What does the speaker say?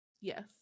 Yes